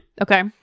Okay